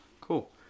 Cool